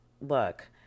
look